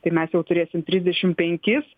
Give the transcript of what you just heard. tai mes jau turėsim trisdešim penkis